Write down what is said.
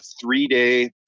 three-day